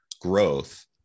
growth